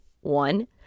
one